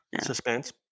Suspense